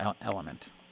element